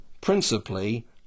principally